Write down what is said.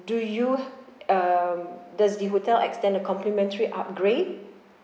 do you um does the hotel extend a complimentary upgrade